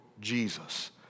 Jesus